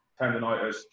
tendonitis